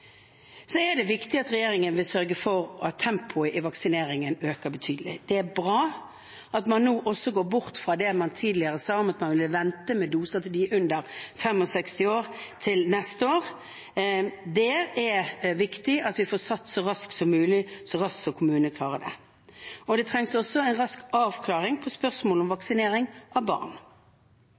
er viktig at regjeringen vil sørge for at tempoet i vaksineringen øker betydelig. Det er bra at man nå også går bort fra det man tidligere sa, om at man ville vente til neste år med doser til dem under 65 år. Det er viktig at vi får satt dem så raskt som mulig, så raskt som kommunene klarer det. Det trengs også en rask avklaring på spørsmålet om vaksinering av barn.